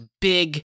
big